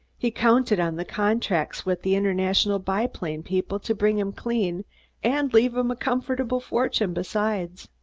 he counted on the contracts with the international biplane people to bring him clean and leave him a comfortable fortune besides.